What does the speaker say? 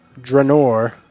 Draenor